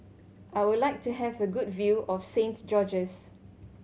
I would like to have a good view of Saint George's